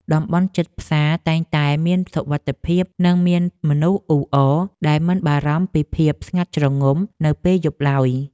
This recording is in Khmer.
តំបន់ជិតផ្សារតែងតែមានសុវត្ថិភាពនិងមានមនុស្សអ៊ូអរដែលមិនបារម្ភពីភាពស្ងាត់ជ្រងំនៅពេលយប់ឡើយ។